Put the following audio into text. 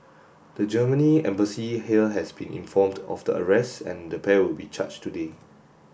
the Germany Embassy here has been informed of the arrests and the pair would be charged today